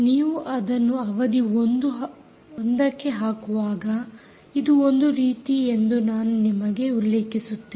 ನೀವು ಅದನ್ನು ಅವಧಿ 1 ಕ್ಕೆ ಹಾಕುವಾಗ ಇದು ಒಂದು ರೀತಿ ಎಂದು ನಾನು ನಿಮಗೆ ಉಲ್ಲೇಖಿಸುತ್ತೇನೆ